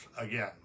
again